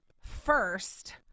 first